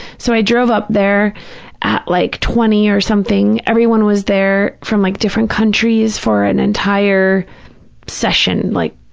so, i drove up there at like twenty or something. everyone was there from like different countries for an entire session, like